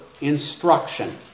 instruction